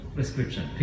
Prescription